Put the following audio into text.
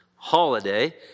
holiday